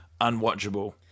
unwatchable